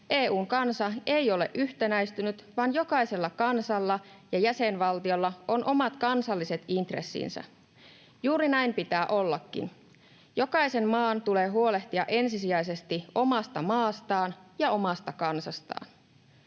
EU:n kansa ei ole yhtenäistynyt vaan jokaisella kansalla ja jäsenvaltiolla on omat kansalliset intressinsä. Juuri näin pitää ollakin. Jokaisen maan tulee huolehtia ensisijaisesti omasta maastaan ja omasta kansastaan.